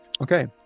Okay